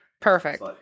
Perfect